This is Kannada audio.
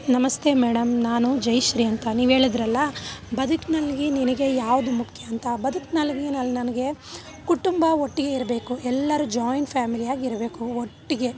ನಮಸ್ತೆ ಮೇಡಮ್ ನಾನು ಜಯಿಶ್ರೀ ಅಂತ ನೀವೇಳಿದ್ರಲ್ಲಾ ಬದುಕಿನಲ್ಲಿ ನಿನಗೆ ಯಾವುದು ಮುಖ್ಯ ಅಂತಾ ಬದುಕಿನಲ್ಲಿ ನನ್ನ ನನಗೆ ಕುಟುಂಬ ಒಟ್ಟಿಗೆ ಇರಬೇಕು ಎಲ್ಲರೂ ಜಾಯಿಂಟ್ ಫ್ಯಾಮಿಲಿಯಾಗಿರ್ಬೇಕು ಒಟ್ಟಿಗೆ